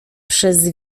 przez